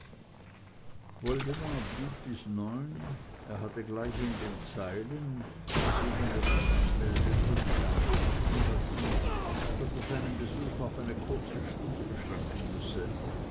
woldemar blieb bis neun er hatte gleich in den zeilen in denen er sich anmeldete die damen wissen lassen daß er seinen besuch auf eine kurze stunde beschränken müsse